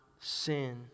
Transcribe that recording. sin